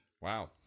Wow